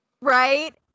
Right